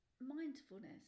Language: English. mindfulness